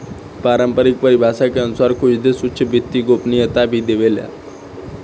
पारम्परिक परिभाषा के अनुसार कुछ देश उच्च वित्तीय गोपनीयता भी देवेला